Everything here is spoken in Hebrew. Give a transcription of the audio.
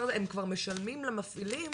המפעילים